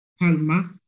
Palma